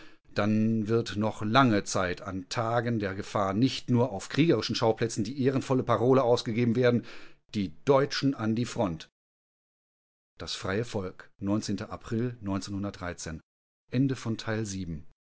dann wird noch lange zeit an tagen der gefahr nicht nur auf kriegerischen schauplätzen die ehrenvolle parole ausgegeben werden die deutschen an die front das freie volk april